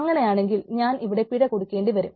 അങ്ങനെയാണെങ്കിൽ ഞാൻ ഇവിടെ പിഴ കൊടുക്കേണ്ടി വരും